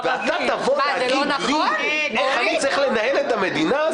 אתה תבוא להגיד לי איך אני צריך לנהל אתה מדינה הזו?